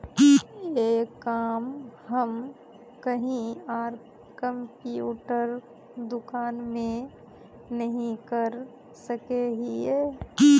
ये काम हम कहीं आर कंप्यूटर दुकान में नहीं कर सके हीये?